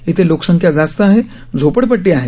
इथे लोकसंख्या जास्त आहे झोपडपट्टी आहे